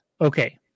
Okay